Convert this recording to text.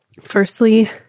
Firstly